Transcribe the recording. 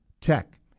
Tech